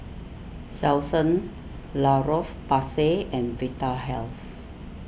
Selsun La Roche Porsay and Vitahealth